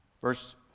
Verse